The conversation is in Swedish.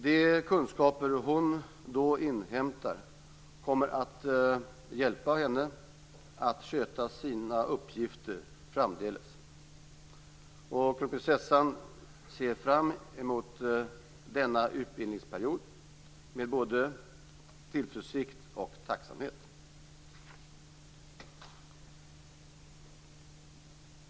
De kunskaper hon då inhämtar kommer att hjälpa henne att sköta sina uppgifter framdeles. Kronprinsessan ser fram emot denna utbildningsperiod med både tillförsikt och tacksamhet.